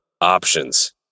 options